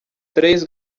três